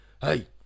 Hey